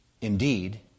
indeed